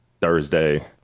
Thursday